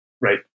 Right